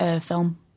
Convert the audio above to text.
film